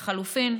לחלופין,